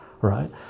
right